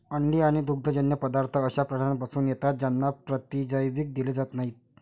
अंडी आणि दुग्धजन्य पदार्थ अशा प्राण्यांपासून येतात ज्यांना प्रतिजैविक दिले जात नाहीत